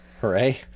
Hooray